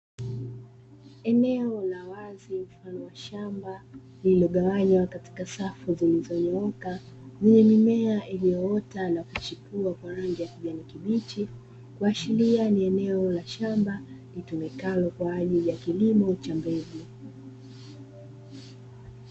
Eneo la wazi la shamba lililogawanywa katika safu zilizonyooka, yenye mimea iliyoota na kuchipua kwa rangi ya kijani kibichi kuashiria eneo la shamba, litumikalo kwa ajili ya kilimo cha mbegu.